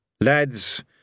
Lads